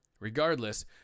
Regardless